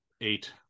eight